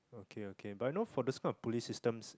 okay okay but I know for this kind of pulley systems